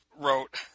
wrote